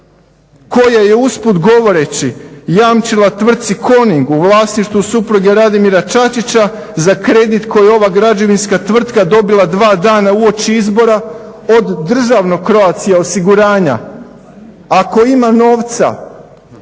koja je usput govoreći jamčila tvrtki KONING u vlasništvu supruge Radimira Čačića za kredite koji ova građevinska tvrtka dobila 2 dana uoči izbora od državnog Croatia osiguranja. Ako ima novca